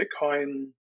Bitcoin